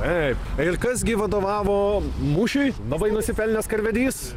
taip ir kas gi vadovavo mūšiui labai nusipelnęs karvedys